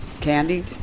candy